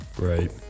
Right